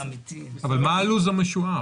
מה הלו"ז המשוער?